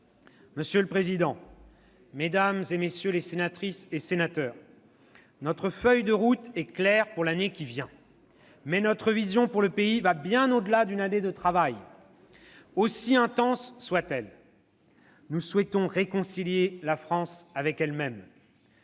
Monsieur le président, mesdames, messieurs les sénateurs, notre feuille de route est claire pour l'année qui vient, mais notre vision pour le pays va bien au-delà d'une année de travail, aussi intense soit-elle. Nous souhaitons réconcilier la France avec elle-même.